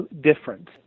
different